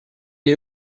est